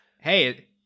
hey